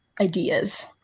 ideas